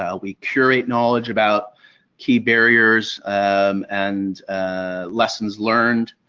ah we curate knowledge about key barriers um and ah lessons learned.